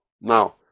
Now